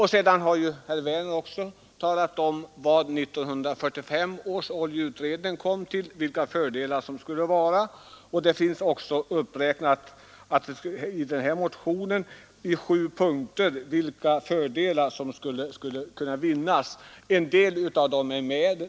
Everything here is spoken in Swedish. Herr Werner har också talat om, vad 1945 års oljeutredning kom till och vilka fördelar som skulle vara att vinna I motionen anges fördelarna med ett förstatligande i sju punkter.